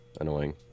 Annoying